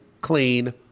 clean